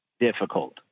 difficult